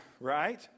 right